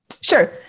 sure